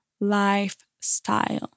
lifestyle